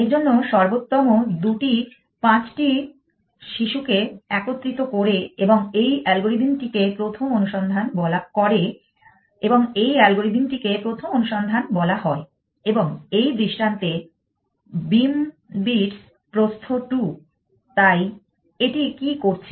এর জন্য সর্বোত্তম দুটি ৫টি শিশুকে একত্রিত করে এবং এই অ্যালগোরিদম টিকে প্রধান অনুসন্ধান বলা হয় এবং এই দৃষ্টান্তে বীম বিটস প্রস্থ 2 তাই এটি কী করছে